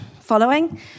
following